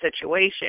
situation